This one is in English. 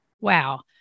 wow